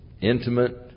intimate